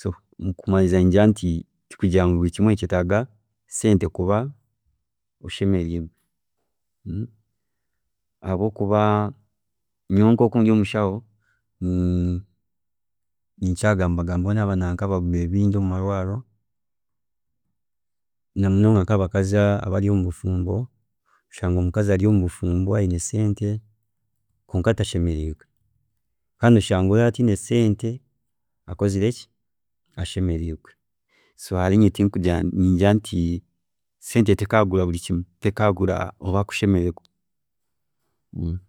so mukumariiriza ningira nti tikugira ngu buri kimwe nikyeetaaga sente kuba oshemeriirwe habwokuba nyowe nkoku ndi omushaho ninkira kugaanagaaniiraho nabarwiire bingi omwiirwaariro namunonga nkabakazi abari omubufumbo, kushanga omukazi ari omubufumbo ayine sente kwonka atashemeriirwe kandi oshanga oriya atiine sente kwonka akozire ki, ashemeriirwe so nkanye ningira nti sente tekagura buri kimwe, tekagura okushemererwa.